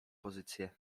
pozycję